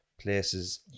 places